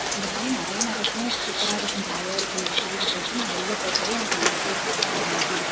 இந்த மாதிரி நிறையா நடக்கும் சூப்பராக இருக்கும் ஜாலியாக இருக்கும் எங்கள் பூர்வீகத்தை விட்டு நான் வெளியில் போகவே எனக்கு மனசே இருக்காது அந்த மாதிரி இருக்கும்